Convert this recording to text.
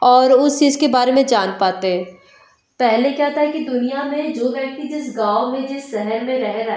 और उस चीज के बारे में जान पाते हैं पहले क्या था कि दुनिया में जो व्यक्ति जिस गाँव में जिस शहर में रह रहा है